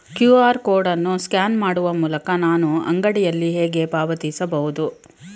QR code ಅನ್ನು scan ಮಾಡುವ ಮೂಲಕ ನಾನು ಅಂಗಡಿಯಲ್ಲಿ ಹೇಗೆ ಪಾವತಿಸಬಹುದು?